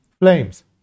flames